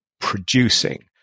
producing